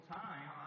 time